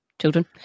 children